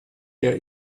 der